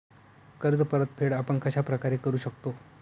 कर्ज परतफेड आपण कश्या प्रकारे करु शकतो?